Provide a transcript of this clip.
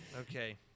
Okay